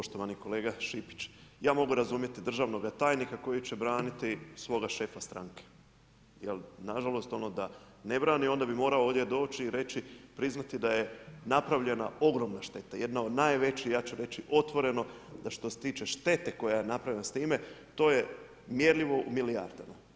Poštovani kolega Šipić, ja mogu razumjet državnoga tajnika koji će braniti svoga šefa stranke jer nažalost on da ne brani, onda bi morao ovdje doći i reći, priznati da je napravljena ogromna šteta, jedna od najvećih ja ću reći otvoreno, da što se tiče štete koja je napravljena s time, to je mjerljivo u milijardama.